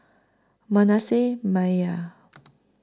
Manasseh Meyer